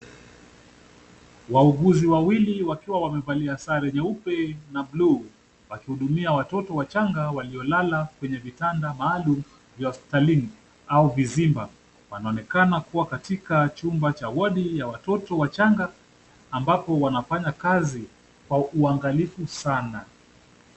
Wauguzi wawili wakiwa wamevalia sare nyeupe na buluu, wakihudumia watoto wachanga waliolala kwenye vitanda maalum vya hospitalini au vizimba. Wanaonekana kuwa katika chumba cha wodi ya watoto wachanga, ambapo wanafanya kazi kwa uangalifu sana.